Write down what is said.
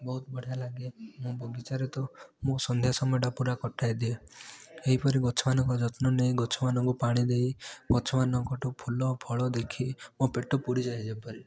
ବହୁତ ବଢ଼ିଆ ଲାଗେ ମୁଁ ବଗିଚାରେ ତ ମୁଁ ସଣ୍ଡେ ସମୟଟା ପୂରା କଟାଇଦିଏ ଏହିପରି ଗଛମାନଙ୍କ ଯତ୍ନନେଇ ଗଛମାନଙ୍କୁ ପାଣି ଦେଇ ଗଛମାନଙ୍କଠୁ ଫୁଲଫଳ ଦେଖି ମୋ ପେଟ ପୁରିଯାଏ ଯେପରି